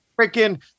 freaking